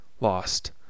lost